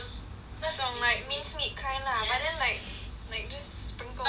那种 like minced meat kind lah but then like like just sprinkle a bit